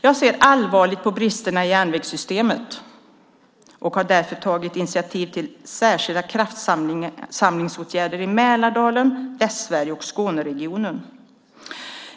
Jag ser allvarligt på bristerna i järnvägssystemet och har därför tagit initiativ till särskilda kraftsamlingsåtgärder i Mälardalen, Västsverige och i Skåneregionen.